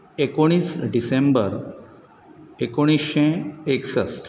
एकुणीस डिसेंबर एकुणीशें एकसश्ट